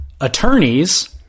attorneys